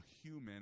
human